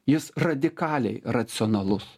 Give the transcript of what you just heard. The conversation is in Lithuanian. jis radikaliai racionalus